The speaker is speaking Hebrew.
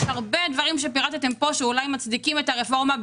יש הרבה דברים שפירטתם כאן שאולי מצדיקים את הרפורמה,